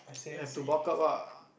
have to bulk up ah